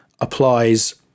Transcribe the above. applies